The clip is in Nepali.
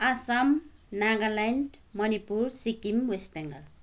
आसाम नागाल्यान्ड मणिपुर सिक्किम वेस्ट बेङ्गाल